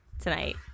tonight